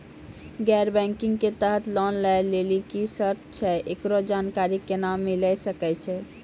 गैर बैंकिंग के तहत लोन लए लेली की सर्त छै, एकरो जानकारी केना मिले सकय छै?